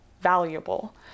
valuable